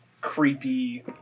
creepy